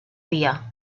día